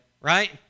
right